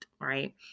right